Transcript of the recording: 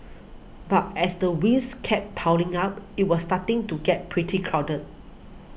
but as the ways kept piling up it was starting to get pretty crowded